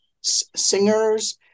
singers